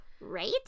Right